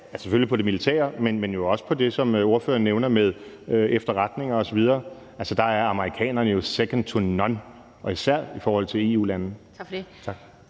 selvfølgelig på det militære, men jo også på det, som ordføreren nævner med efterretninger osv. Altså, der er amerikanerne jo second to none og især i forhold til EU-lande. Tak. Kl.